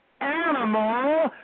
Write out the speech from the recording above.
animal